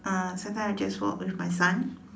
uh sometimes I just walk with my son